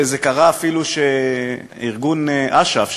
זה קרה אפילו כשארגון אש"ף,